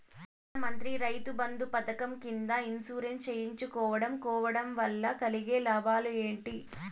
ప్రధాన మంత్రి రైతు బంధు పథకం కింద ఇన్సూరెన్సు చేయించుకోవడం కోవడం వల్ల కలిగే లాభాలు ఏంటి?